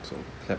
so clap